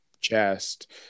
chest